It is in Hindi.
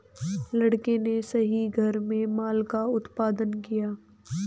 लड़के ने सही घर में माल का उत्पादन किया